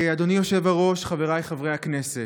אדוני היושב-ראש, חבריי חברי הכנסת,